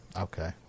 Okay